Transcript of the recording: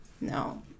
No